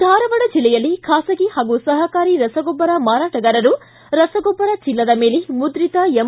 ಧಾರವಾಡ ಜಿಲ್ಲೆಯಲ್ಲಿ ಖಾಸಗಿ ಹಾಗೂ ಸಹಕಾರಿ ರಸಗೊಬ್ಬರ ಮಾರಾಟಗಾರರು ರಸಗೊಬ್ಬರ ಚೀಲದ ಮೇಲೆ ಮುದ್ರಿತ ಎಂ